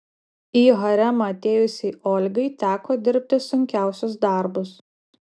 į haremą atėjusiai olgai teko dirbti sunkiausius darbus